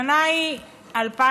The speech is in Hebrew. השנה היא 2018,